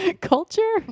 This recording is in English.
Culture